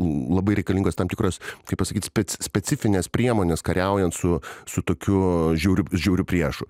labai reikalingos tam tikros kaip pasakyti spėc specifinės priemonės kariaujant su su tokiu žiauriu žiauriu priešu